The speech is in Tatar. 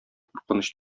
куркыныч